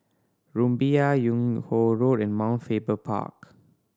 Rumbia Yung Ho Road and Mount Faber Park